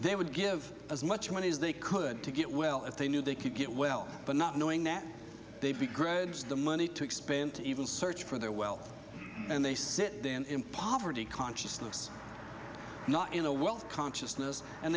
they would give as much money as they could to get well if they knew they could get well but not knowing that they'd be grudge the money to expand to even search for their wealth and they sit in poverty consciousness not in the wealth consciousness and